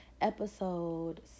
episode